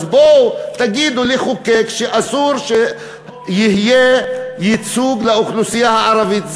בואו תגידו שיש לחוקק שאסור שיהיה ייצוג לאוכלוסייה הערבית.